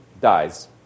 dies